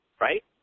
Right